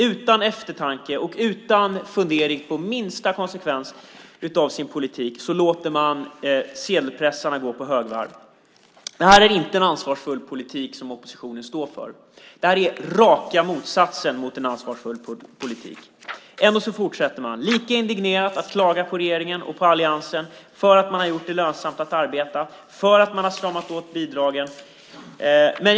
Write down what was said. Utan eftertanke och utan minsta fundering på minsta konsekvens av sin politik låter man sedelpressarna gå på högvarv. Det är inte en ansvarsfull politik; det är raka motsatsen. Ändå fortsätter man lika indignerat att klaga på regeringen och alliansen för att vi har gjort det lönsamt att arbeta och för att vi har stramat åt bidragen.